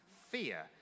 fear